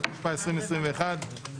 התשפ"א- 2021 (מ/1447),